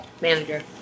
manager